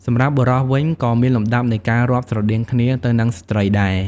សម្រាប់ បុរស វិញក៏មានលំដាប់នៃការរាប់ស្រដៀងគ្នាទៅនឹងស្ត្រីដែរ។